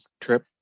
trip